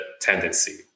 tendency